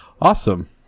Awesome